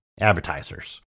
advertisers